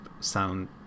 sound